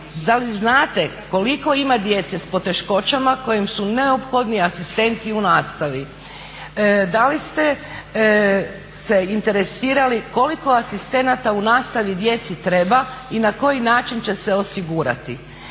da li znate koliko ima djece s poteškoćama kojima su neophodni asistenti u nastavi? Da li ste se interesirali koliko asistenata u nastavi djeci treba i na koji način će se osigurati?